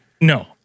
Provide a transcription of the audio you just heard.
No